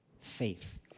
faith